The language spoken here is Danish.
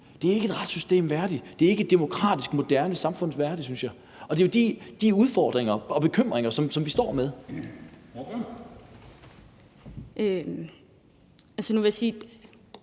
Det er ikke et retssystem værdigt. Det er ikke et moderne demokratisk samfund værdigt, synes jeg, og det er jo de udfordringer og bekymringer, som vi står med. Kl. 14:36 Formanden (Henrik